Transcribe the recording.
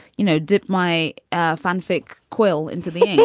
you know, dip my ah fanfic quill into me.